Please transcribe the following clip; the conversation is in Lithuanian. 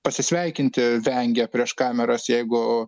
pasisveikinti vengia prieš kameras jeigu